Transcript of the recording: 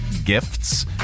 gifts